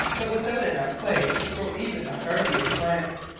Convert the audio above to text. but without enough clay to grow even the hardiest plants.